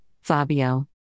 Fabio